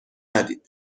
ندید